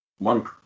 one